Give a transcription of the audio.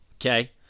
Okay